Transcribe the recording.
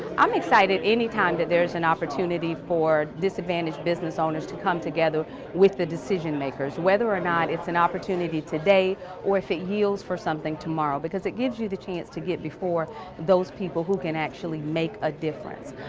i'm excited any time that there's an opportunity for disadvantaged business owners to come together with the decision makers. whether or not it's an opportunity today or if it yields for something tomorrow because it gives you the chance to get before those people who can actually make a difference.